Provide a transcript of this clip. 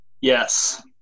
Yes